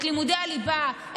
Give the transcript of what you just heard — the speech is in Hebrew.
את לימודי הליבה,